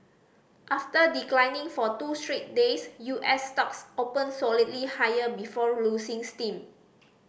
after declining for two straight days U S stocks opened solidly higher before losing steam